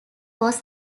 was